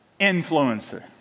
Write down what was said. influencer